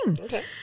Okay